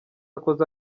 akoze